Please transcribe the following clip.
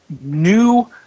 new